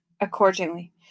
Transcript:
Accordingly